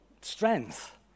strength